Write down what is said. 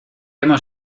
hemos